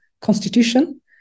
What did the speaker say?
constitution